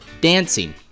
dancing